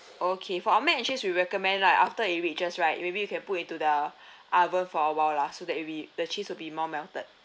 okay for our mac and cheese we recommend like after it reaches right maybe you can put into the oven for a while lah so that will be the cheese will be more melted